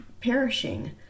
perishing